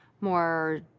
more